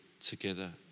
together